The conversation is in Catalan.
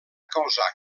causar